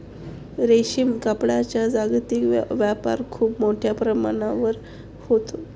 रेशीम कापडाचा जागतिक व्यापार खूप मोठ्या प्रमाणावर होतो